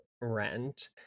rent